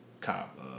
cop